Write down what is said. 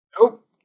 Nope